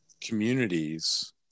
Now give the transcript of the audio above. communities